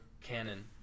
canon